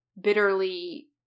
bitterly